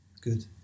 Good